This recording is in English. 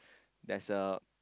there's a